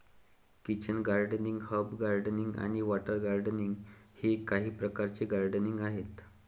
kitchen gardening, herb gardening आणि water gardening हे काही प्रकारचे गार्डनिंग आहेत